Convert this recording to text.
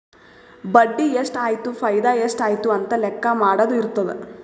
ಬಡ್ಡಿ ಎಷ್ಟ್ ಆಯ್ತು ಫೈದಾ ಎಷ್ಟ್ ಆಯ್ತು ಅಂತ ಲೆಕ್ಕಾ ಮಾಡದು ಇರ್ತುದ್